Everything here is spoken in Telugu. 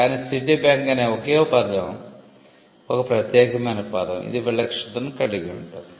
కాని సిటీబ్యాంక్ అనే ఒకే పదం ఒక ప్రత్యేకమైన పదం ఇది విలక్షణతను కలిగి ఉంటుంది